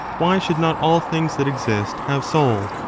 why should not all things that exist have soul?